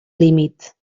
límit